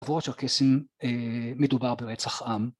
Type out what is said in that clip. עבור הצ'רקסים מדובר ברצח עם